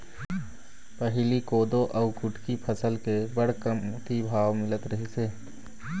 पहिली कोदो अउ कुटकी फसल के बड़ कमती भाव मिलत रहिस हे